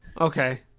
okay